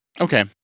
okay